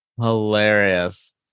Hilarious